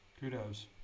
Kudos